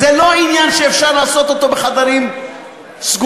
זה לא עניין שאפשר לעשות בחדרים סגורים.